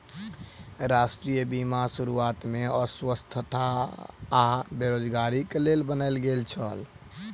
राष्ट्रीय बीमा शुरुआत में अस्वस्थता आ बेरोज़गारीक लेल बनायल गेल छल